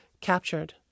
Captured